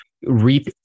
reap